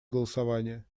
голосование